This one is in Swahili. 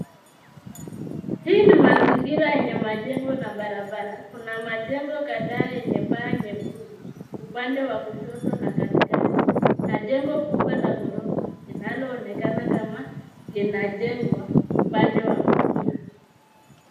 Hii ni mazingira yenye majengo na barabara. Kuna majengo kadhaa yenye paa nyekundu upande wa kushoto na katikati na jengo kubwa la ghorofa linaloonekana kama linajengwa upande wa kulia.